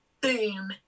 boom